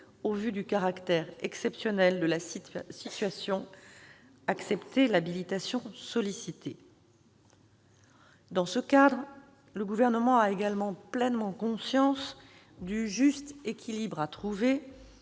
au vu du caractère exceptionnel de la situation, accepter l'habilitation sollicitée. Dans ce cadre, le Gouvernement a également pleinement conscience du juste équilibre à trouver